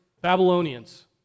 Babylonians